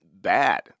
bad